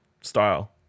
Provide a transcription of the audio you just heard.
style